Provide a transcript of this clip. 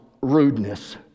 rudeness